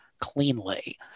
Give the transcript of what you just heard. cleanly